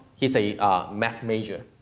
he's a math major.